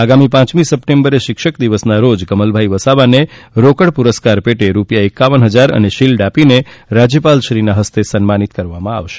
આગામી પાંચમી સપ્ટેમ્બરે શિક્ષક દિવસના રોજ કમલભાઈ વસાવાને રોકડ પુરસ્કાર પેટે રૂપિયા એકાવન હજાર અને શિલ્ડ આપીને રાજ્યપાલશ્રીના હસ્તે સન્માનિત કરવામાં આવશે